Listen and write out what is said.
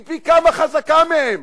היא פי כמה חזקה מהם.